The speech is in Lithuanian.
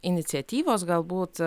iniciatyvos galbūt